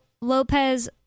Lopez